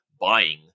buying